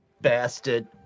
Bastard